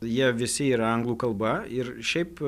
jie visi yra anglų kalba ir šiaip